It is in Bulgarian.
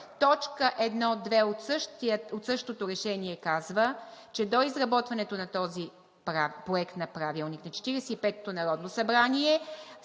Точка 1.2 от същото решение казва, че до изработването на този Проект на Правилник на 45-ото народно събрание